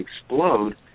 explode